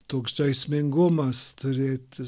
toks žaismingumas turėti